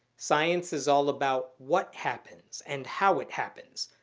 science is all about what happens and how it happens.